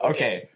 Okay